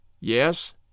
Yes